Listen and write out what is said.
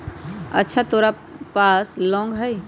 अच्छा तोरा पास लौंग हई?